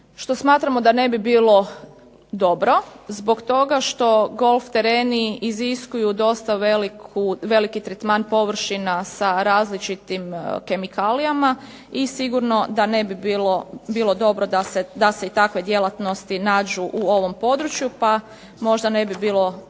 što smatramo da ne bi bilo dobro zbog toga što golf tereni iziskuju dosta veliki tretman površina sa različitim kemikalijama, i sigurno da ne bi bilo dobro da se takve djelatnosti nađu u ovom području, možda ne bi bilo